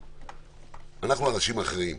אנחנו אנשים אחראים,